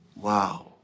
Wow